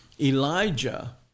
Elijah